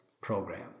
program